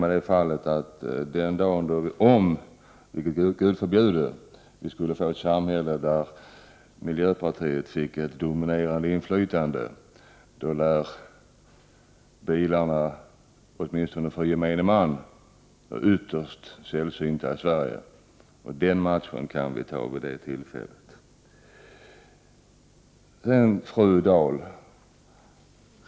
Jag kan tänka mig att den dag då — vilket Gud förbjude! — vi skulle få ett samhälle där miljöpartiet hade ett dominerande inflytande, lär bilarna åtminstone för gemene man vara ytterst sällsynta i Sverige. Den matchen kan vi ta vid det tillfället. Fru Dahl!